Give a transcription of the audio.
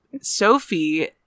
Sophie